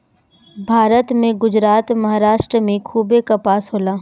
भारत में गुजरात, महाराष्ट्र में खूबे कपास होला